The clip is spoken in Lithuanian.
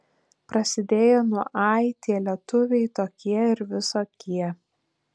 prasidėjo nuo ai tie lietuviai tokie ir visokie